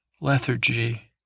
lethargy